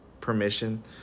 permission